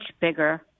bigger